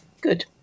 good